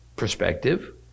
perspective